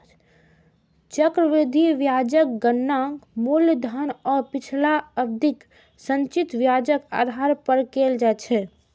चक्रवृद्धि ब्याजक गणना मूलधन आ पिछला अवधिक संचित ब्याजक आधार पर कैल जाइ छै